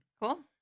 Cool